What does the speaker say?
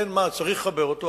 אין מה צריך לחבר אותו,